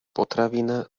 potravina